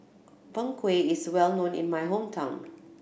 Png Kueh is well known in my hometown